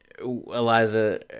Eliza